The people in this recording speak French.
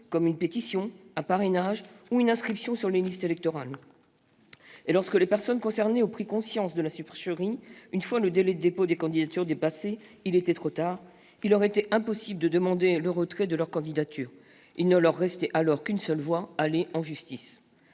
comme une pétition, un parrainage ou une inscription sur les listes électorales. Lorsque les personnes concernées ont pris conscience de la supercherie, une fois le délai de dépôt des candidatures dépassé, il était trop tard : il leur était impossible de demander le retrait de leur candidature. Il ne leur restait alors qu'une seule voie : aller en justice.